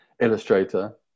illustrator